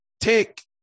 take